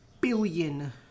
billion